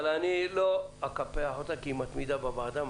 אבל אני לא אקפח אותה, כי היא מתמידה בוועדה.